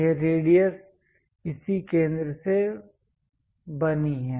यह रेडियस इसी केंद्र से बनी है